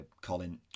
Colin